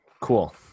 cool